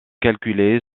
calculé